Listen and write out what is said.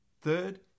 Third